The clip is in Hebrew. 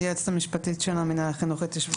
אני היועצת המשפטית של המנהל לחינוך התיישבותי.